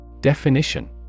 Definition